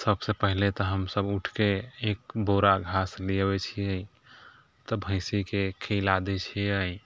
सबसँ पहिले तऽ हमसब उठिकऽ एक बोरा घास लऽ अबै छियै तऽ भैँसीके खिला दै छिए